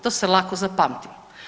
To se lako zapamti.